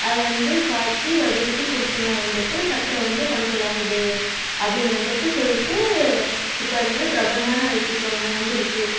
அதை வந்து காய்ச்சி வடிகட்டி குடிச்சோம்னால் வந்துட்டு சக்கரை வந்து கண்ட்ரோல் ஆகுது அப்படின்னு வந்துட்டு சொல்லிட்டு இப்போ அது வந்து பிரபலமான வைத்தியத்தில் ஒன்றா வந்து இருக்குது